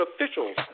officials